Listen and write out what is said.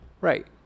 Right